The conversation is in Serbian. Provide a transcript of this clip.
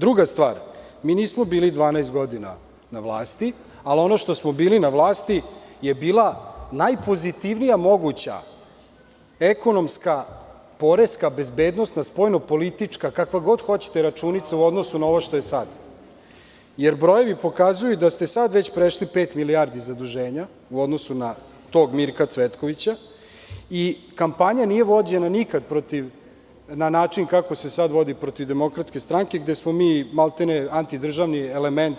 Druga stvar, mi nismo bili 12 godina na vlasti, ali ono što smo bili na vlasti je bila najpozitivnija moguća ekonomska, poreska, bezbednosna, spoljno-politička, kakva god hoćete računica u odnosu na ovo što je sad, jer brojevi pokazuju da ste sad već prešli pet milijardi zaduženja u odnosu na tog Mirka Cvetkovića i kampanja nije vođena nikad protiv, na način kako se sad vodi protiv DS, gde smo mi maltene anti-državni element